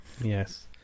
yes